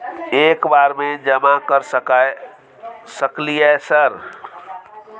एक बार में जमा कर सके सकलियै सर?